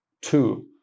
two